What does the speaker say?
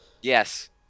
yes